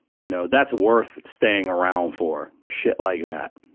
you know that's worth staying around for. shit like that.